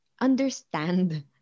understand